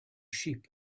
sheep